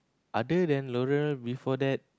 other than L'oreal before that